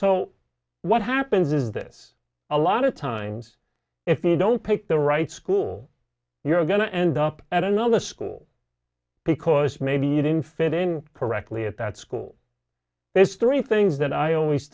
so what happens is this a lot of times if they don't pick the right school you're going to end up at another school because maybe you didn't fit in correctly at that school there's three things that i always